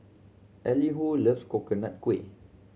Elihu loves Coconut Kuih